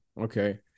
okay